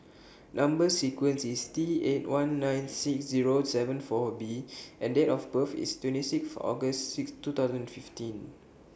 Number sequence IS T eight one nine six Zero seven four B and Date of birth IS twenty Sixth August six two thousand fifteen